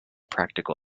practical